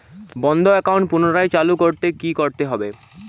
বন্ধ একাউন্ট পুনরায় চালু করতে কি করতে হবে?